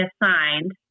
assigned